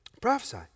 Prophesy